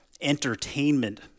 entertainment